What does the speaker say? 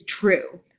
true